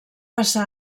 passà